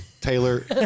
Taylor